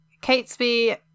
Catesby